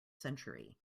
century